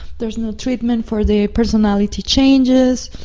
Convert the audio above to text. there's no treatment for the personality changes.